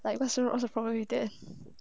like what wrongs what's the problem with that